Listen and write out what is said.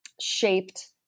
shaped